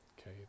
okay